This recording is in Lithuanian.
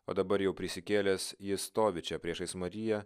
o dabar jau prisikėlęs jis stovi čia priešais mariją